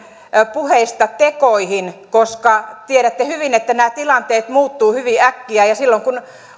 puheista tekoihin koska tiedätte hyvin että nämä tilanteet muuttuvat hyvin äkkiä ja silloin kun